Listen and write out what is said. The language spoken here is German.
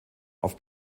auf